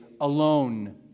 alone